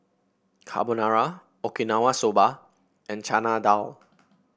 Carbonara Okinawa Soba and Chana Dal